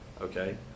okay